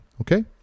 okay